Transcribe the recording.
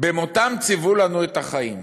"במותם ציוו לנו את החיים",